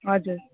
हजुर